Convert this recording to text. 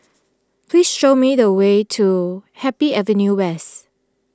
please show me the way to Happy Avenue West